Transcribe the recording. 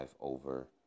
over